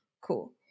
Cool